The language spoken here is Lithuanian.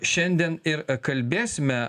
šiandien ir kalbėsime